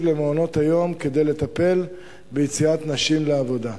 למעונות-היום כדי לטפל ביציאת נשים לעבודה,